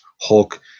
hulk